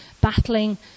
battling